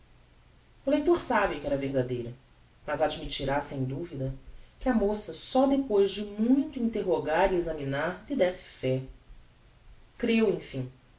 o leitor sabe que era verdadeira mas admittirá sem duvida que a moça só depois de muito interrogar e examinar lhe désse fé creu emfim